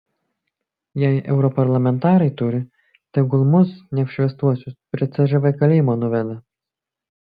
jei europarlamentarai turi tegul mus neapšviestuosius prie cžv kalėjimo nuveda